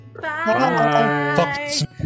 Bye